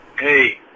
Hey